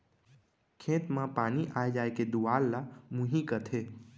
खेत म पानी आय जाय के दुवार ल मुंही कथें